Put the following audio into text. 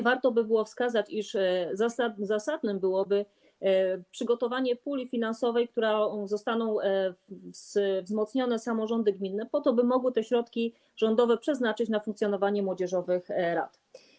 Warto by było wskazać, iż zasadne byłoby przygotowanie puli finansowej, którą zostaną wzmocnione samorządy gminne po to, by mogły te środki rządowe przeznaczyć na funkcjonowanie młodzieżowych rad.